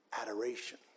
adoration